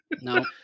No